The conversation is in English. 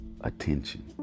attention